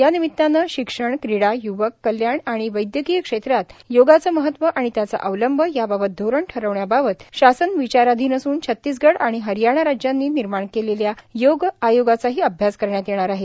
यानिमित्ताने शिक्षण क्रीडा य्वक कल्याण आणि वैदयकीय क्षेत्रात योगाचे महत्त्व आणि त्याचा अवलंब याबाबत धोरण ठरविण्याबाबत शासन विचाराधीन असून छत्तीसगढ आणि हरियाणा राज्यांनी निर्माण केलेल्या योग आयोगाचाही अभ्यास करण्यात येणार आहे